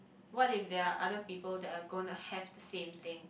what if there are other people that are gonna have the same thing